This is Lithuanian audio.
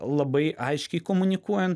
labai aiškiai komunikuojant